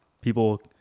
People